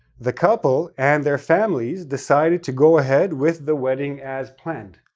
the couple and their families decided to go ahead with the wedding as planned.